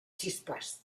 chispas